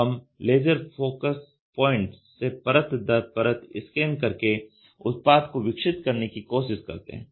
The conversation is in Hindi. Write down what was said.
अब हम लेज़र फोकस पॉइंट से परत दर परत स्कैन करके उत्पाद को विकसित करने की कोशिश करते हैं